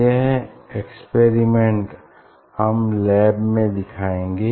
यह एक्सपेरिमेंट हम लैब में दिखाएंगे